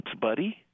buddy